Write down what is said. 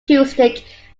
acoustic